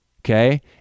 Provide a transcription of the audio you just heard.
Okay